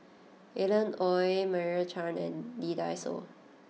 Alan Oei Meira Chand and Lee Dai Soh